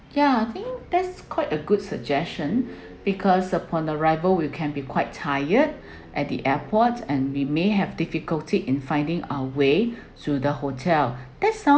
yeah I think that's quite a good suggestion because upon arrival we can be quite tired at the airports and we may have difficulty in finding our way to the hotel that sound